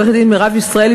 עורכת-הדין מירב ישראלי,